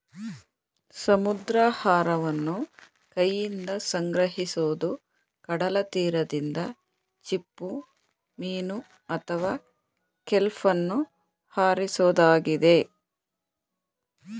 ಸಮುದ್ರಾಹಾರವನ್ನು ಕೈಯಿಂದ ಸಂಗ್ರಹಿಸೋದು ಕಡಲತೀರದಿಂದ ಚಿಪ್ಪುಮೀನು ಅಥವಾ ಕೆಲ್ಪನ್ನು ಆರಿಸೋದಾಗಿದೆ